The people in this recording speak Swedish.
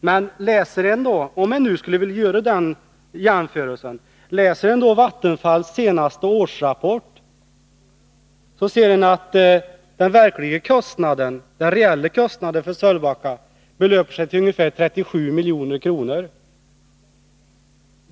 Men gör man den jämförelsen och läser Vattenfalls senaste årsrapport, finner man att den verkliga kostnaden för Sölvbacka belöper sig till ungefär 37 milj.kr.